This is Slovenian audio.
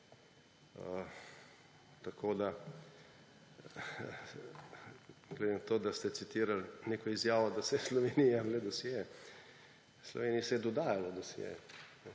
Tako da glede na to, da ste citirali neko izjavo, da se Sloveniji jemlje dosjeje – Sloveniji se je dodajalo dosjeje.